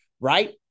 right